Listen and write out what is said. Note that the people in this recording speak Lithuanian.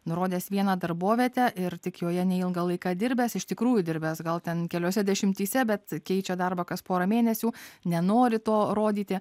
nurodęs vieną darbovietę ir tik joje neilgą laiką dirbęs iš tikrųjų dirbęs gal ten keliose dešimtyse bet keičia darbą kas porą mėnesių nenori to rodyti